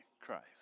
Christ